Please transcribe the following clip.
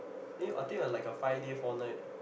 then you I think it was like a five day four night